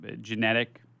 genetic